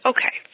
Okay